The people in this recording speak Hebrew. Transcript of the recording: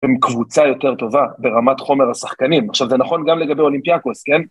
הם קבוצה יותר טובה ברמת חומר השחקנים, עכשיו זה נכון גם לגבי אולימפיאקוס, כן?